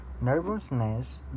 nervousness